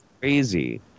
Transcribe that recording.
crazy